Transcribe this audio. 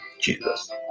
Jesus